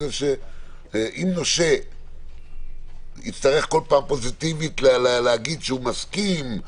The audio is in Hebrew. כי אם נושה יצטרך כל פעם פוזיטיבית להגיד שהוא מסכים,